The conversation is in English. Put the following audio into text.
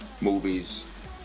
movies